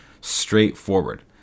straightforward